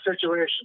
situation